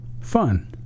fun